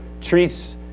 treats